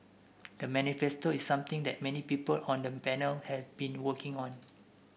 the manifesto is something that many people on the panel had been working on